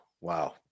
Wow